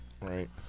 Right